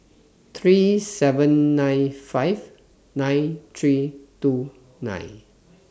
three seven nine five nine three two nine